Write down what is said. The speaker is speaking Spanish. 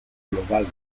global